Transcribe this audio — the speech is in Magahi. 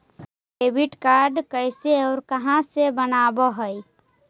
डेबिट कार्ड कैसे और कहां से बनाबे है?